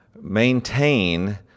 maintain